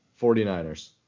49ers